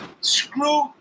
Screw